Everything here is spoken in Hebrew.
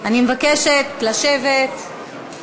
אני מבקשת לשבת.